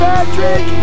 Patrick